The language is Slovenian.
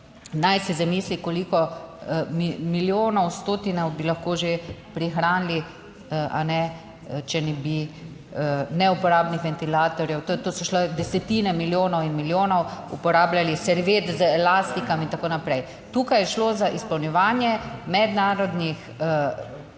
naj si zamisli, koliko milijonov, stotine bi lahko že prihranili, če ne bi neuporabnih ventilatorjev, to so šle desetine milijonov in milijonov, uporabljali serviet z elastikami in tako naprej. Tukaj je šlo za izpolnjevanje mednarodnih